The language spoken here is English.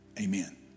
amen